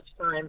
time